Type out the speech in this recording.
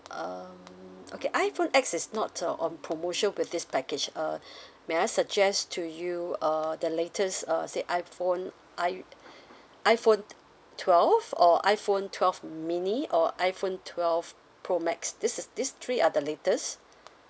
um okay iPhone X is not uh on promotion with this package uh may I suggest to you uh the latest uh say iPhone i~ iPhone t~ twelve or iPhone twelve mini or iPhone twelve pro max this is this three are the latest